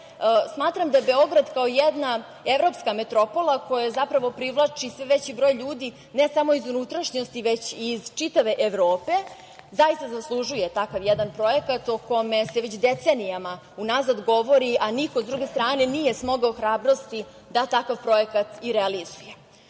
smatram da Beograd, kao jedna evropska metropola, koja zapravo privlači sve veći broj ljudi, ne samo iz unutrašnjosti, već i iz čitave Evrope, zaista zaslužuje takav jedan projekat, o kome se već decenijama unazad govori, a niko, sa druge strane, nije smogao hrabrosti da takav projekat i realizuje. Dakle,